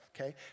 okay